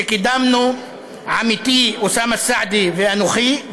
שקידמנו עמיתי אוסאמה סעדי ואנוכי,